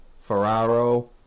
Ferraro